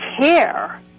care